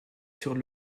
sur